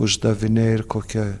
uždaviniai ir kokie